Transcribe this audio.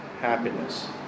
happiness